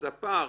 אז הפער